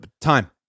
time